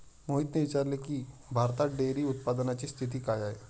मोहितने विचारले की, भारतात डेअरी उत्पादनाची स्थिती काय आहे?